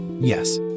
Yes